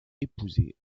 épousé